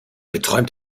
geträumt